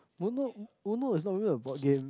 Uno Uno is not really a board game